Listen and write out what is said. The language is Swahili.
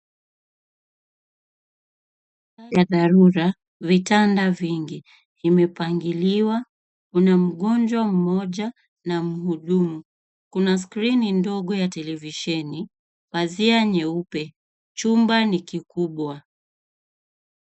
Ya tarura vitanda vingi vimepangiliwa kuna mgonjwa mmoja na mhudumu, kuna skrini ndogo ya televisheni, pasia nyeupe, chumba ni kikubwa.